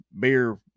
beer